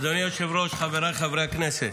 אדוני היושב-ראש, חבריי חברי הכנסת,